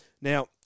Now